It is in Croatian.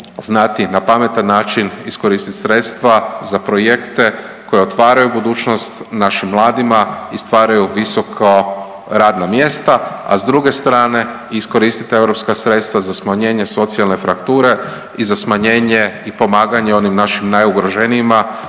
na pametan način iskoristiti sredstva za projekte koje otvaraju budućnost našim mladima i stvaraju visoko radna mjesta, a s druge strane, iskoristiti EU sredstva za smanjenje socijalne frakture i za smanjenje i pomaganje onim našim najugroženijima